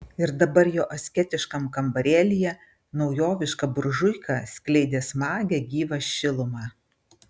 ir dabar jo asketiškam kambarėlyje naujoviška buržuika skleidė smagią gyvą šilumą